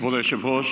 כבוד היושב-ראש,